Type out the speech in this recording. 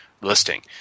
listing